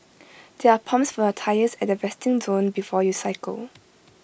there are pumps for your tyres at the resting zone before you cycle